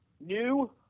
new